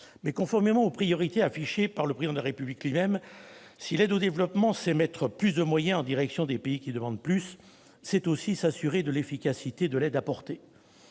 conformément aux priorités affichées par le Président de la République lui-même, si l'aide au développement, c'est mettre plus de moyens en direction des pays qui demandent plus, c'est aussi s'assurer de l'efficacité de l'aide apportée.